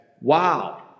wow